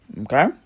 Okay